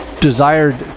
desired